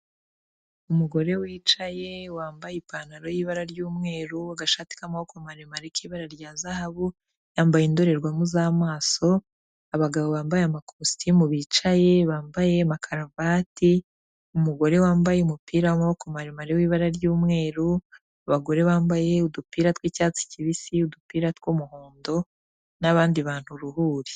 Umugore wicaye, wambaye ipantaro y'ibara ry'umweru, agashati k'amaboko maremare k'ibara rya zahabu, yambaye indorerwamo z'amaso, abagabo bambaye amakositimu bicaye, bambaye amakaruvati, umugore wambaye umupira w'amaboko maremare w'ibara ry'umweru, abagore bambaye udupira tw'icyatsi kibisi, udupira tw'umuhondo, n'abandi bantu uruhuri.